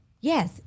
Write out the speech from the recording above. yes